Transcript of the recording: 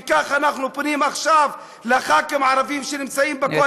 וכך אנחנו פונים עכשיו לחברי הכנסת הערבים שנמצאים בקואליציה,